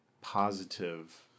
positive